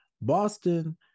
Boston